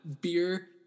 beer